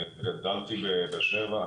גדלתי בבאר שבע,